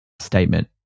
statement